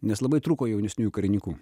nes labai trūko jaunesniųjų karininkų